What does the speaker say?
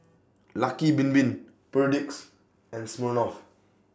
Lucky Bin Bin Perdix and Smirnoff